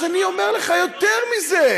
אז אני אומר לך יותר מזה.